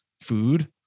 food